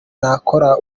nakora